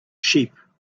sheep